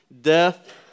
death